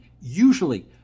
usually